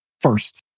first